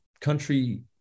country